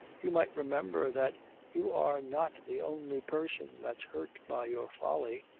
you might remember that you are not the only person that's hurt by your folly,